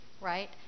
right